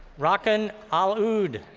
rockan al-ud.